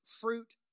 fruit